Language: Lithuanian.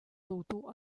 tautų